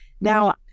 Now